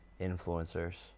influencers